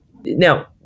Now